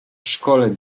szkole